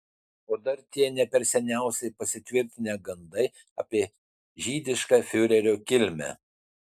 o dar tie ne per seniausiai pasitvirtinę gandai apie žydišką fiurerio kilmę